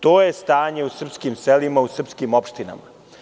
To je stanje u srpskim selima, u srpskim opštinama.